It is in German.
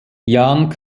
jan